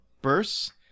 bursts